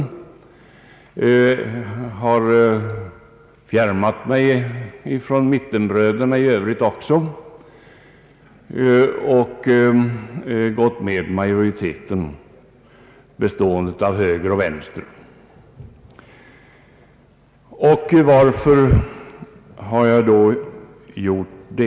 Jag har fjärmat mig från mittenbröderna i övrigt också och gått med majoriteten, bestående av höger och vänster. Varför har jag gjort så?